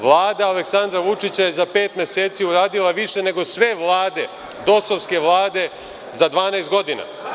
Vlada Aleksandra Vučića je za pet meseci uradila više nego sve vlade DOS-ovske vlade za 12 godina.